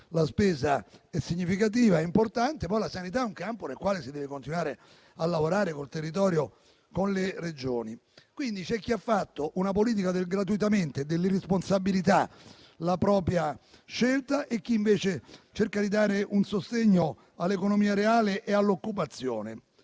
la spesa è significativa e importante. Poi, la sanità è un campo nel quale si deve continuare a lavorare col territorio e con le Regioni. Quindi, c'è chi ha fatto della politica del "gratuitamente" e della irresponsabilità la propria scelta e chi invece cerca di dare un sostegno all'economia reale e all'occupazione.